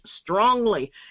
strongly